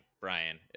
brian